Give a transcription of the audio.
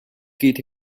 get